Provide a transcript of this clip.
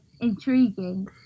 intriguing